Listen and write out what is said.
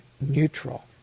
neutral